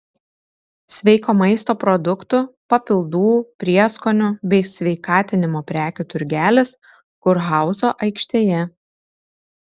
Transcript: sveiko maisto produktų papildų prieskonių bei sveikatinimo prekių turgelis kurhauzo aikštėje